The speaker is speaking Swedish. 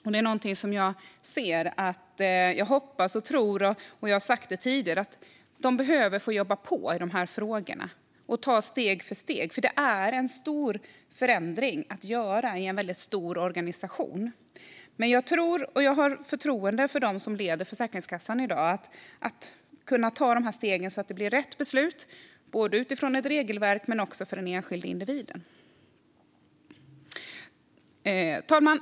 Jag hoppas att de får jobba på med dessa frågor och ta steg för steg. Det behöver de, och det har jag sagt även tidigare. Det är en stor förändring man ska göra i en väldigt stor organisation. Jag har förtroende för dem som leder Försäkringskassan i dag att kunna ta de stegen så att det blir rätt beslut både utifrån ett regelverk och också för den enskilde individen. Fru talman!